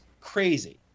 crazy